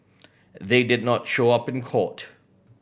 they did not show up in court